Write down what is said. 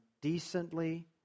decently